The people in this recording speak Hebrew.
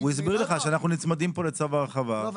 הוא הסביר לך שאנחנו נצמדים פה לצו ההרחבה --- לא,